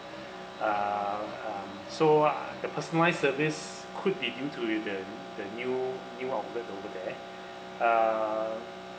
uh um so the personalised service could be due to the the new new outlet over there uh